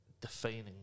defining